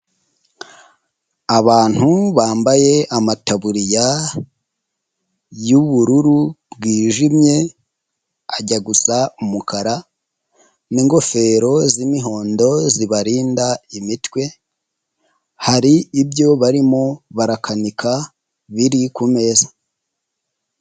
Abantu bambaye amataburiya y'ubururu bwijimye ajya gusa umukara n'ingofero z'imihondo zibarinda imitwe, hari ibyo barimo barakanika biri ku meza.